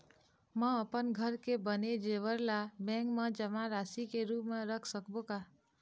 म अपन घर के बने जेवर ला बैंक म जमा राशि के रूप म रख सकबो का?